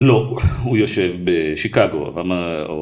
לא, הוא יושב בשיקגו.